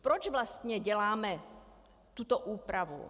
Proč vlastně děláme tuto úpravu?